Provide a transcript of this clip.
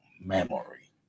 memory